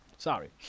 Sorry